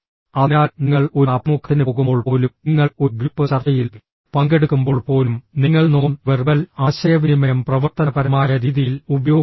അതിനാൽ നിങ്ങൾ ഒരു അഭിമുഖത്തിന് പോകുമ്പോൾ പോലും നിങ്ങൾ ഒരു ഗ്രൂപ്പ് ചർച്ചയിൽ പങ്കെടുക്കുമ്പോൾ പോലും നിങ്ങൾ നോൺ വെർബൽ ആശയവിനിമയം പ്രവർത്തനപരമായ രീതിയിൽ ഉപയോഗിക്കുന്നു